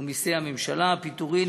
ומסי הממשלה (פטורין),